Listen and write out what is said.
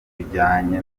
bujyanye